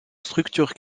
structure